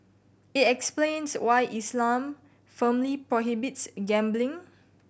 it explains why Islam firmly prohibits gambling